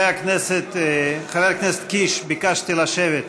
חבר הכנסת קיש, ביקשתי לשבת.